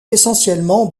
essentiellement